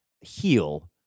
heal